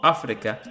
Africa